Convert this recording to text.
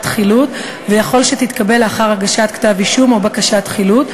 חילוט ויכול שתתקבל לאחר הגשת כתב-אישום או בקשת חילוט,